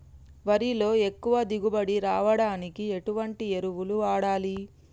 వరిలో ఎక్కువ దిగుబడి రావడానికి ఎటువంటి ఎరువులు వాడాలి?